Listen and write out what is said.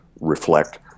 reflect